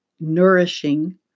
nourishing